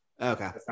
Okay